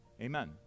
Amen